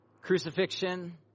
crucifixion